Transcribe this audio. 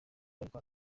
ariko